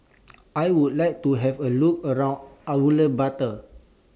I Would like to Have A Look around Ulaanbaatar